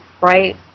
right